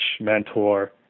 mentor